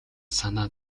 санаа